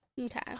Okay